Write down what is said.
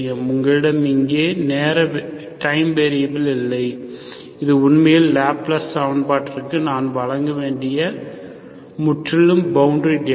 உங்களிடம் இங்கே நேர வெரியபில் இல்லை இது உண்மையில் இந்த லேப்ளேஸ் சமன்பாட்டிற்கு நான் வழங்க வேண்டிய முற்றிலும் பவுண்டரி டேட்டா